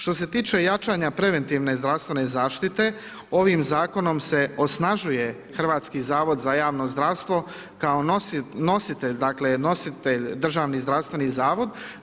Što se tiče jačanja preventivne zdravstvene zaštite, ovim Zakonom se osnažuje Hrvatski zavod za javno zdravstvo kao nositelj, dakle nositelj državni zdravstveni zavod.